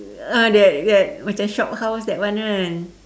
uh the the macam shophouse that one kan